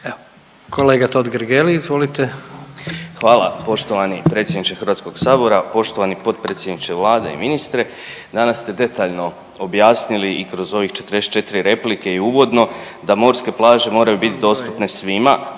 **Totgergeli, Miro (HDZ)** Hvala poštovani predsjedniče Hrvatskog sabora, poštovani potpredsjedniče Vlade i ministre. Danas ste detaljno objasnili i kroz ovih 44 replike i uvodno da morske plaže moraju bit dostupne svima